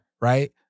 right